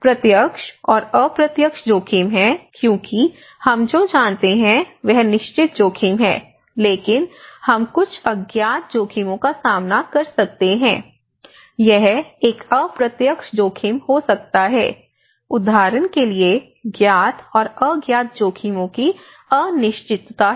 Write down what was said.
प्रत्यक्ष और अप्रत्यक्ष जोखिम हैं क्योंकि हम जो जानते हैं वह निश्चित जोखिम है लेकिन हम कुछ अज्ञात जोखिमों का सामना कर सकते हैं यह एक अप्रत्यक्ष जोखिम हो सकता है उदाहरण के लिए ज्ञात और अज्ञात जोखिमों की अनिश्चितता है